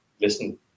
listen